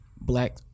black